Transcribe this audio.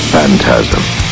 Phantasm